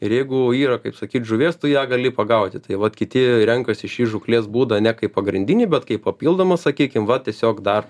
ir jeigu yra kaip sakyt žuvies tu ją gali pagauti tai vat kiti renkasi šį žūklės būdą ne kaip pagrindinį bet kaip papildomą sakykim vat tiesiog dar